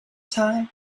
time